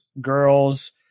Girls